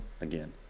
again